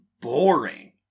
boring